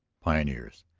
pioneers,